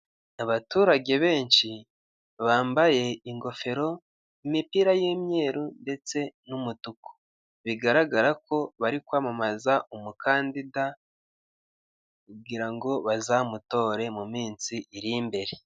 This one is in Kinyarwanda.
Abaturage benshi bambaye ingofero, imipira y'umweru ndetse n'umutuku bigaragara ko bari kwamamaza umukadinda kugira ngo bazamutore mu minsi iri imbere.